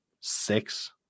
six